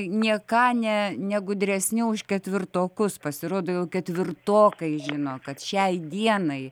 nė ką ne ne gudresni už ketvirtokus pasirodo jau ketvirtokai žino kad šiai dienai